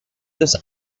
this